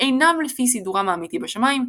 אינם לפי סידורם האמיתי בשמיים,